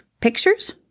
pictures